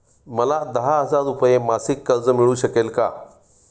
मला दहा हजार रुपये मासिक कर्ज मिळू शकेल का?